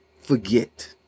forget